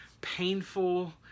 painful